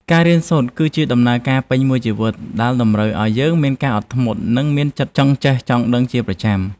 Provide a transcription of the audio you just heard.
ការរៀនសូត្រ គឺជាដំណើរការពេញមួយជីវិតដែលតម្រូវឱ្យយើងមានការអត់ធ្មត់ និងមានចិត្តចង់ចេះចង់ដឹងជាប្រចាំ។